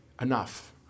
enough